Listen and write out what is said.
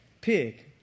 pig